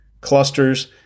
clusters